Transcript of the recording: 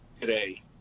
today